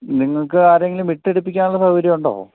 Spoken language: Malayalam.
നിങ്ങൾക്ക് ആരെയെങ്കിലും വിട്ട് എടുപ്പിക്കാനുള്ള സൗകര്യമുണ്ടോ